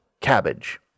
cabbage